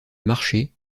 marcher